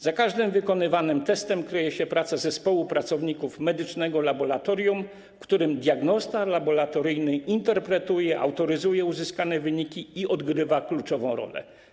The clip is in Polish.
Za każdym wykonywanym testem kryje się praca zespołu pracowników medycznego laboratorium, w którym diagnosta laboratoryjny interpretuje, autoryzuje uzyskane wyniki i odgrywa kluczową rolę.